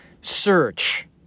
search